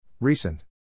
Recent